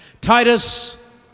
Titus